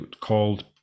called